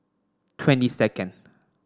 twenty second